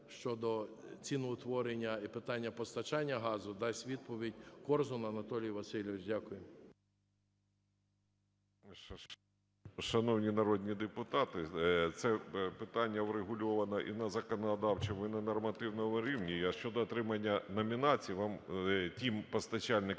щодо ціноутворення і питання постачання газу, дасть відповідь Корзун Анатолій Васильович. Дякую. 10:47:02 КОРЗУН А.В. Шановні народні депутати, це питання врегульоване і на законодавчому, і на нормативному рівні. А щодо отримання номінацій, вам, тим постачальникам,